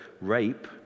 rape